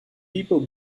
people